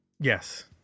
Yes